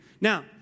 Now